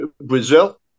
Brazil